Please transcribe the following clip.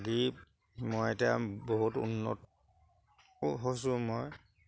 দি মই এতিয়া বহুত উন্নত হৈছোঁ মই